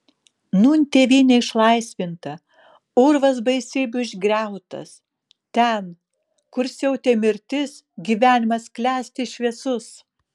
nūn tėvynė išlaisvinta urvas baisybių išgriautas ten kur siautė mirtis gyvenimas klesti šviesus